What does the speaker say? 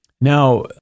Now